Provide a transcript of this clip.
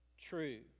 true